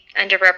underrepresented